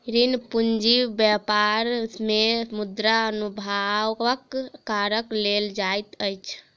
ऋण पूंजी व्यापार मे मुद्रा अभावक कारण लेल जाइत अछि